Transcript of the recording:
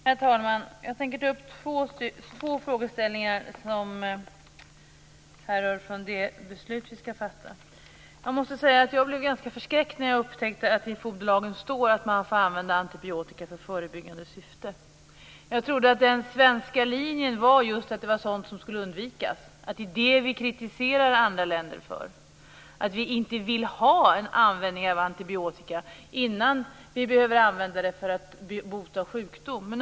Herr talman! Jag tänker ta upp två frågor som rör de beslut som vi skall fatta. Jag måste säga att jag blev ganska förskräckt när jag upptäckte att det i foderlagen står att man får använda antibiotika i förebyggande syfte. Jag trodde att den svenska linjen var att det just var sådant som skulle undvikas, att det är detta vi kritiserar andra länder för, att vi inte vill ha en användning av antibiotika innan vi behöver använda det för att bota en sjukdom.